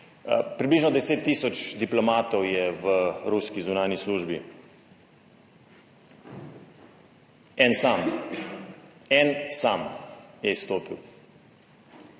Približno 10 tisoč diplomatov je v ruski zunanji službi. En sam. En sam je izstopil.